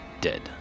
dead